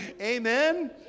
Amen